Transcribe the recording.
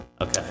Okay